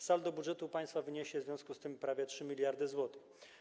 Saldo budżetu państwa wyniesie w związku z tym prawie 3 mld zł.